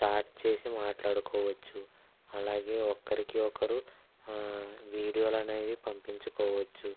ఆ చాట్ చేసి మాట్లాడుకోవచ్చు అలాగే ఒకరికి ఒకరు వీడియోలు అనేవి పంపించుకోవచ్చు